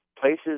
places